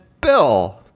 bill